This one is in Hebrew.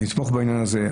נתמוך בעניין הזה.